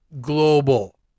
Global